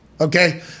okay